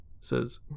says